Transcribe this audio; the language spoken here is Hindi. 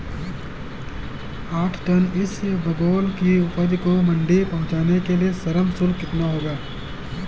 आठ टन इसबगोल की उपज को मंडी पहुंचाने के लिए श्रम शुल्क कितना होगा?